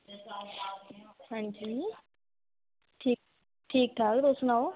हां जी ठीक ठाक तुस सनाओ